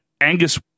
angus